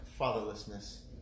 fatherlessness